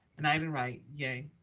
and ida wright, yay.